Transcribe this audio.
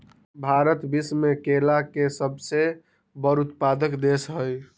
भारत विश्व में केला के सबसे बड़ उत्पादक देश हई